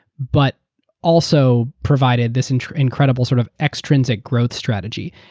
but also provided this and incredible sort of extrinsic growth strategy.